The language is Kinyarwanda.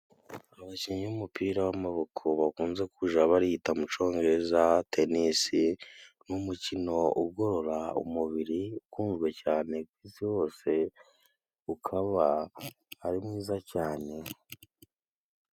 Abakinnyi b'umupira w'amaguru bakunze kuja barita mu congereza tenisi, ni umukino ugorora umubiri ukunzwe cane ku isi hose ukaba ari mwiza cane.